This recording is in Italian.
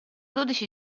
dodici